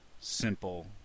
simple